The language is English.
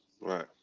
Right